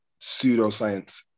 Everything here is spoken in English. pseudoscience